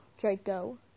Draco